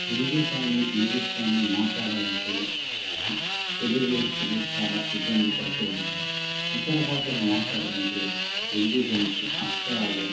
హిందీ కానీ ఇంగ్లీష్ కానీ మట్లాడాలంటే ఈ తెలుగు వ్యక్తులు చాలా ఇబ్బంది పడుతూ ఉంటారు ఇతర భాషలు మట్లాడాలంటే హిందీ గురించి అక్షరాలు